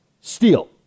steal